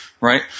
right